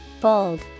Bold